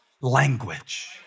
language